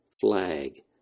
flag